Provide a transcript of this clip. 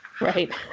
Right